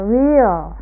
real